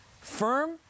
firm